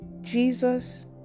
Jesus